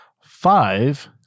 Five